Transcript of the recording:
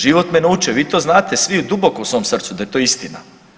Život me naučio, vi to znate svi duboko u svom srcu da je to istina.